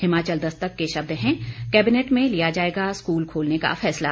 हिमाचल दस्तक के शब्द हैं कैबिनेट में लिया जाएगा स्कूल खोलने का फैसला